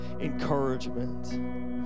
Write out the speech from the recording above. encouragement